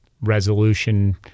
Resolution